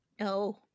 No